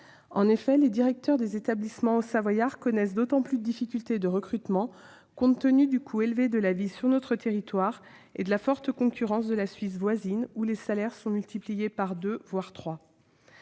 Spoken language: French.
En effet, les directeurs des établissements hauts-savoyards connaissent d'autant plus de difficultés de recrutement que le coût de la vie est élevé sur notre territoire et que la concurrence avec la Suisse voisine, où les salaires sont multipliés par deux, voire trois,